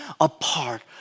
apart